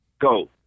go